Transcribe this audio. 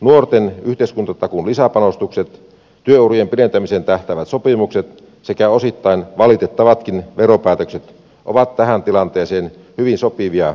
nuorten yhteiskuntatakuun lisäpanostukset työurien pidentämiseen tähtäävät sopimukset sekä osittain valitettavatkin veropäätökset ovat tähän tilanteeseen hyvin sopivia linjauksia